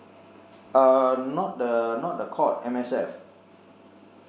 uh not the not the court M_S_F